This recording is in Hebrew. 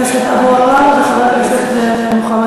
אחריו, חבר הכנסת אבו עראר וחבר הכנסת מוחמד